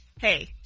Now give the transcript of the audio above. hey-